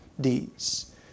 deeds